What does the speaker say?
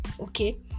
okay